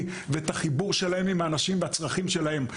ואת החיבור שלו לאנשים והצרכים שלהם.